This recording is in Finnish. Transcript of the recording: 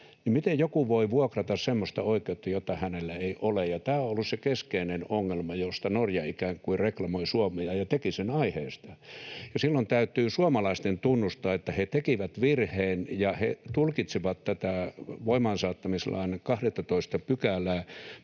Miten joku voi vuokrata semmoista oikeutta, jota hänellä ei ole? Tämä on ollut se keskeinen ongelma, josta Norja ikään kuin reklamoi Suomea — ja teki sen aiheesta. Ja silloin täytyy suomalaisten tunnustaa, että he tekivät virheen ja he tulkitsivat tätä voimaansaattamislain 12 §:ää